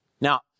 Now